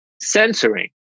censoring